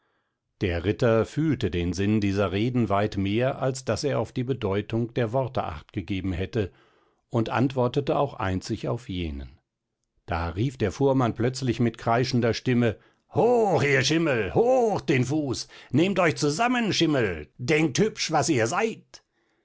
der ritter fühlte den sinn dieser reden weit mehr als daß er auf die bedeutung der worte achtgegeben hätte und antwortete auch einzig auf jenen da rief der fuhrmann plötzlich mit kreischender stimme hoch ihr schimmel hoch den fuß nehmt euch zusammen schimmel denkt hübsch was ihr seid